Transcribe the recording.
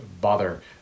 bother